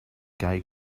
gay